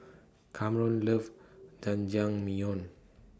Kamron loves Jajangmyeon